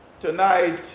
Tonight